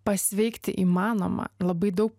pasveikti įmanoma labai daug